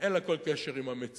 אין לה כל קשר עם המציאות.